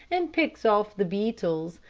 and picks off the beetles,